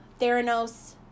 Theranos